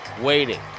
waiting